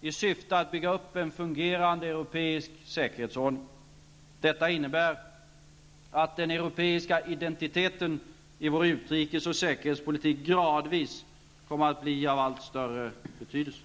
i syfte att bygga upp en fungerande europeisk säkerhetsordning. Detta innebär att den europeiska identiteten i vår utrikes och säkerhetspolitik gradvis kommer att bli av allt större betydelse.